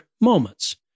moments